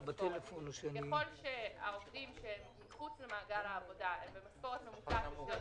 ככל שהעובדים מחוץ למעגל העבודה הם במשכורת ממוצעת